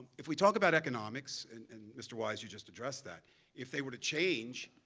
if we talk about economics and mr. wise you just addressed that if they were to change,